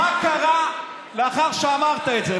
מה קרה לאחר שאמרת את זה?